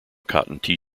cotton